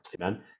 amen